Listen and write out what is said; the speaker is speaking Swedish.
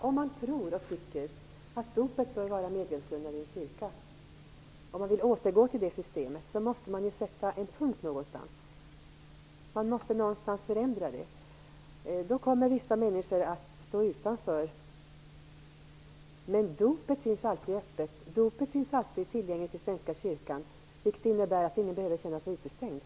Om man tror och tycker att dopet bör vara medlemsgrundande i en kyrka, och vill återgå till det systemet, måste man ju någonstans sätta en punkt och göra en förändring. Då kommer vissa människor att stå utanför. Men dopet finns alltid tillgängligt i Svenska kyrkan, vilket innebär att ingen behöver känna sig utestängd.